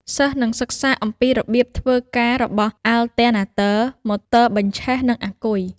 សិស្សនឹងសិក្សាអំពីរបៀបធ្វើការរបស់ អាល់ទែណាទ័រ, ម៉ូទ័របញ្ឆេះ និង អាគុយ។